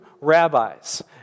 rabbis